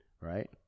right